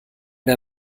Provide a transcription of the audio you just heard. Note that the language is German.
der